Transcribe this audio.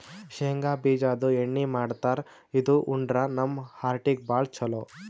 ಶೇಂಗಾ ಬಿಜಾದು ಎಣ್ಣಿ ಮಾಡ್ತಾರ್ ಇದು ಉಂಡ್ರ ನಮ್ ಹಾರ್ಟಿಗ್ ಭಾಳ್ ಛಲೋ